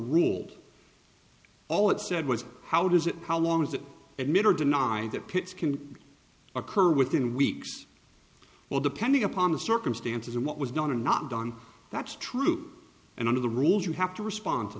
ruled all it said was how does it how long is it and mr deny that pits can occur within weeks well depending upon the circumstances and what was done or not done that's true and under the rules you have to respond to